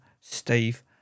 Steve